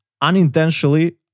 Unintentionally